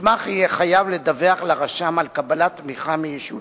נתמך יהיה חייב לדווח לרשם על קבלת תמיכה מישות